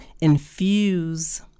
infuse